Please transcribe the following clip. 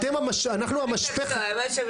האמת שהם